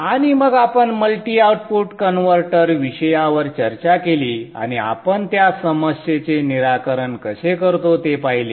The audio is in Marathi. आणि मग आपण मल्टी आउटपुट कन्व्हर्टर विषयावर चर्चा केली आणि आपण त्या समस्येचे निराकरण कसे करतो ते पाहिले